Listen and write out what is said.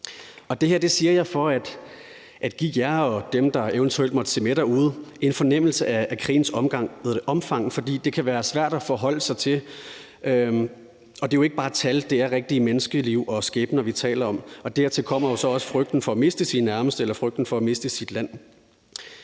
Det her siger jeg for at give jer og dem, der eventuelt måtte se med derude, en fornemmelse af krigens omfang, for det kan være svært at forholde sig til. Og det er jo ikke bare tal; det er rigtige menneskeliv og skæbner, vi taler om. Dertil kommer jo så også frygten for at miste sine nærmeste eller frygten for at miste sit land.